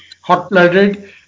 hot-blooded